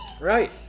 Right